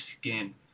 skin